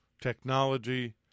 Technology